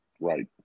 right